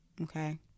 Okay